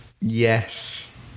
yes